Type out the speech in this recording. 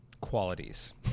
qualities